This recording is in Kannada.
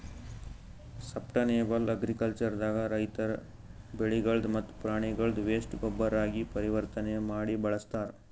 ಸಷ್ಟನೇಬಲ್ ಅಗ್ರಿಕಲ್ಚರ್ ದಾಗ ರೈತರ್ ಬೆಳಿಗಳ್ದ್ ಮತ್ತ್ ಪ್ರಾಣಿಗಳ್ದ್ ವೇಸ್ಟ್ ಗೊಬ್ಬರಾಗಿ ಪರಿವರ್ತನೆ ಮಾಡಿ ಬಳಸ್ತಾರ್